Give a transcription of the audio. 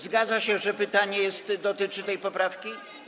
zgadza się, że pytanie dotyczy tej poprawki?